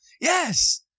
Yes